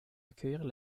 accueillir